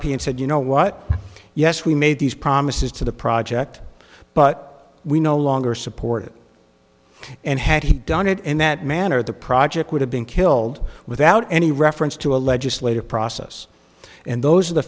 p and said you know what yes we made these promises to the project but we no longer support it and had he done it and that man or the project would have been killed without any reference to a legislative process and those are the